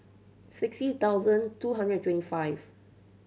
sixty thousand two hundred and twenty five